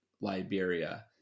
Liberia